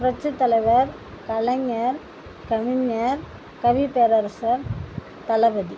புரட்சித்தலைவர் கலைஞர் கவிஞர் கவிப்பேரரசர் தளபதி